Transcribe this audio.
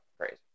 crazy